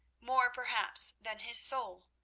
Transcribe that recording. more, perhaps, than his soul.